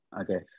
okay